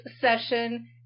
session